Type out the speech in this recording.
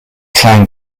clan